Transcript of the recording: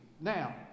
Now